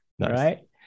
right